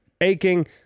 aching